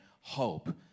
hope